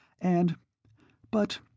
And—'But